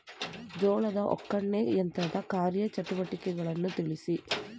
ಜೋಳದ ಒಕ್ಕಣೆ ಯಂತ್ರದ ಕಾರ್ಯ ಚಟುವಟಿಕೆಯನ್ನು ತಿಳಿಸಿ?